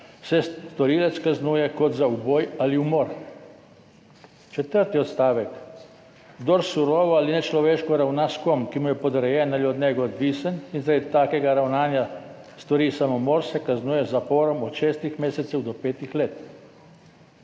se storilec kaznuje kot za uboj ali umor.« Četrti odstavek: »Kdor surovo ali nečloveško ravna s kom, ki mu je podrejen ali od njega odvisen in zaradi takega ravnanja stori samomor, se kaznuje z zaporom od šestih mesecev do petih let.«